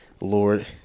Lord